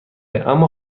اما